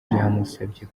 byamusabye